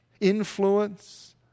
influence